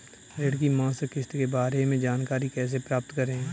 ऋण की मासिक किस्त के बारे में जानकारी कैसे प्राप्त करें?